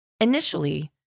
Initially